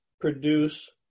produce